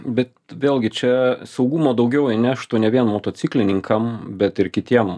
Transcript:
bet vėlgi čia saugumo daugiau įneštų ne vien motociklininkam bet ir kitiem